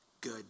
good